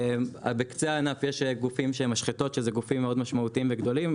בקצה הענף יש משחטות שזה גופים מאוד משמעותיים וגדולים,